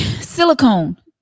Silicone